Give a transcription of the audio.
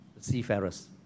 Seafarers